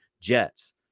Jets